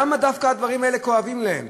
למה דווקא הדברים האלה כואבים להם?